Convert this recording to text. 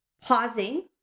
pausing